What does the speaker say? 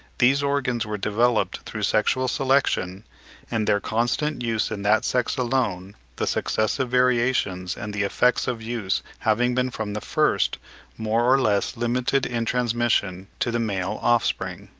these organs were developed through sexual selection and their constant use in that sex alone the successive variations and the effects of use having been from the first more or less limited in transmission to the male offspring.